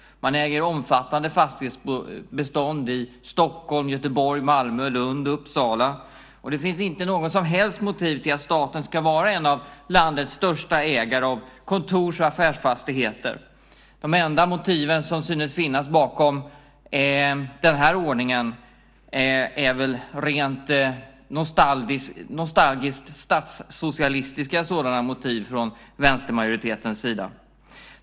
Man har ett omfattande fastighetsbestånd i Stockholm, Göteborg, Malmö, Lund och Uppsala. Det finns inget som helst motiv till att staten ska vara en av landets största ägare av kontors och affärsfastigheter. De enda motiv som synes finnas bakom den här ordningen är väl rent nostalgiskt statssocialistiska från vänstermajoritetens sida.